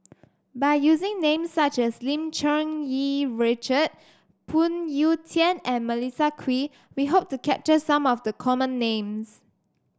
by using names such as Lim Cherng Yih Richard Phoon Yew Tien and Melissa Kwee we hope to capture some of the common names